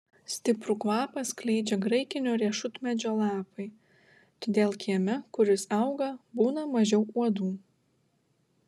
stiprų kvapą skleidžia graikinio riešutmedžio lapai todėl kieme kur jis auga būna mažiau uodų